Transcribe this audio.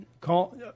call